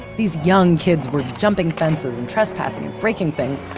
these young kids were jumping fences and trespassing, breaking things,